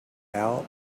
out